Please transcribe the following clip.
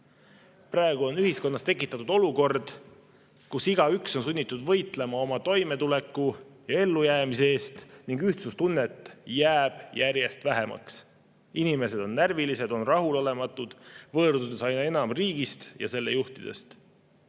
hoidma. Praegu on ühiskonnas tekitatud olukord, kus igaüks on sunnitud võitlema oma toimetuleku ja ellujäämise eest ning ühtsustunnet jääb järjest vähemaks. Inimesed on närvilised, on rahulolematud, võõrdudes aina enam riigist ja selle juhtidest.